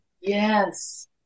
yes